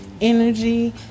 energy